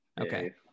Okay